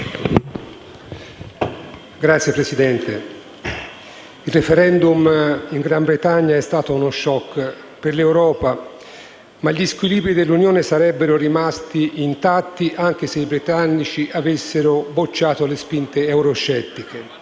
Signor Presidente, il *referendum* in Gran Bretagna è stato uno *choc* per l'Europa, ma gli squilibri dell'Unione sarebbero rimasti intatti anche se i britannici avessero bocciato le spinte euroscettiche.